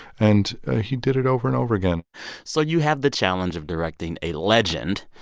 and ah he did it over and over again so you have the challenge of directing a legend.